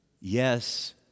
Yes